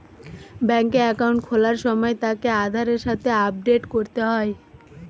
বেংকে একাউন্ট খোলার সময় তাকে আধারের সাথে আপডেট করতে হয়